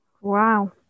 Wow